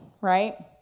right